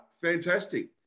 Fantastic